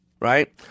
Right